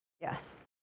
yes